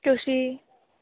two she